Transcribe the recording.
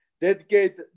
dedicate